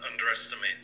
underestimate